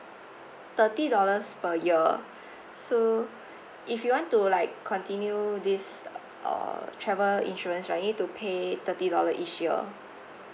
thirty dollars per year so if you want to like continue this err travel insurance right you need to pay thirty dollar each year